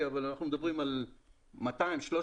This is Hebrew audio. אבל אנחנו מדברים על 300-200 כיתות.